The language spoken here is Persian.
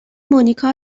مونیکا